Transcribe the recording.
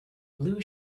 blue